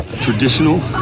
traditional